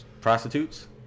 prostitutes